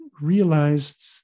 realized